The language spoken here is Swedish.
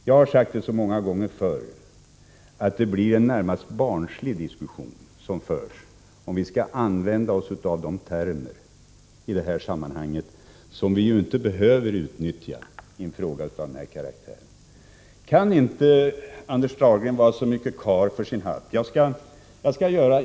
Jag har sagt många gånger förr att det blir en närmast barnslig diskussion i en debatt av den här karaktären. Kan inte Anders Dahlgren vara karl för sin hatt och göra vissa medgivanden?